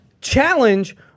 challenge